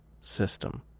system